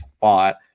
fought